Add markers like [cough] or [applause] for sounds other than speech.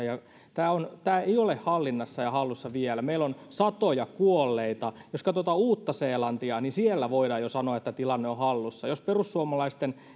[unintelligible] ja tämä on hallussa tämä ei ole hallinnassa ja hallussa vielä meillä on satoja kuolleita jos katsotaan uutta seelantia niin siellä voidaan jo sanoa että tilanne on hallussa jos perussuomalaisten